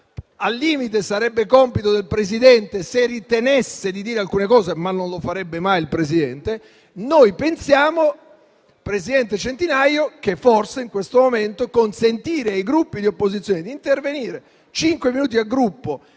al limite sarebbe compito del Presidente se ritenesse di dire alcune cose, ma non lo farebbe mai il Presidente. Noi pensiamo, presidente Centinaio, che forse in questo momento consentire ai Gruppi di opposizione di intervenire per cinque minuti a Gruppo